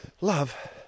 love